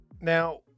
Now